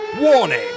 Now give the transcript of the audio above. Warning